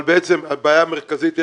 אבל בעצם הבעיה המרכזית,